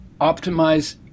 optimize